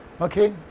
Okay